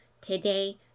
today